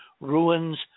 ruins